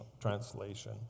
Translation